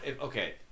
Okay